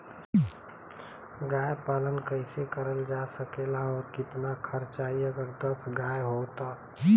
गाय पालन कइसे करल जा सकेला और कितना खर्च आई अगर दस गाय हो त?